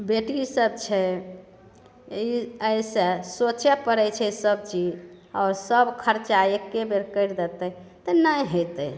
बेटी सब छै ई एहिसँ सोचऽ पड़ैत छै सबचीज आओर सब खर्चा एके बेर करि देतै तऽ नहि होयतै